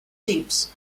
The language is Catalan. xips